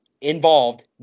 involved